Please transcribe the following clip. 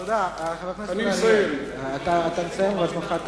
תודה, חבר הכנסת אריאל, אתה צריך לסיים.